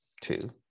two